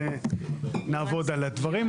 נעבוד על הדברים,